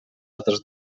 altres